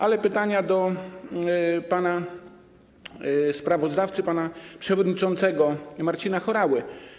Ale pytania kieruję do pana sprawozdawcy, pana przewodniczącego Marcina Horały.